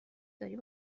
داری